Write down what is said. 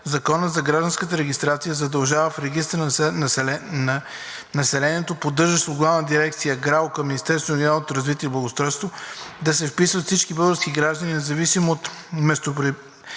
Законът за гражданската регистрация задължава в регистъра на населението, поддържан от Главна дирекция ГРАО към Министерството на регионалното развитие и благоустройството, да се вписват всички български граждани, независимо от местопребиваването